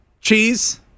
Cheese